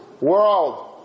world